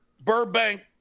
Burbank